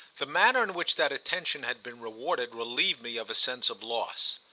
the manner in which that attention had been rewarded relieved me of a sense of loss.